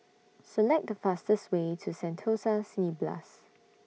Select The fastest Way to Sentosa Cineblast